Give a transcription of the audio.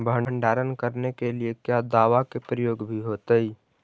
भंडारन करने के लिय क्या दाबा के प्रयोग भी होयतय?